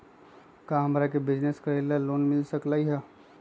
का हमरा के बिजनेस करेला लोन मिल सकलई ह?